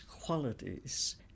qualities